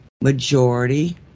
Majority